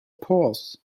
pause